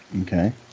Okay